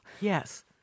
Yes